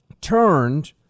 turned